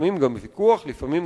אבל זה לא נכון רק למדע ולטכנולוגיה,